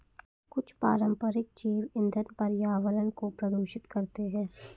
कुछ पारंपरिक जैव ईंधन पर्यावरण को प्रदूषित करते हैं